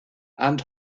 and